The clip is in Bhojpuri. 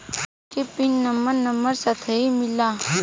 कार्ड के पिन नंबर नंबर साथही मिला?